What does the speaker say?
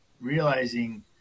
realizing